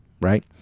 right